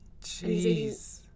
Jeez